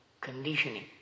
conditioning